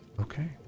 Okay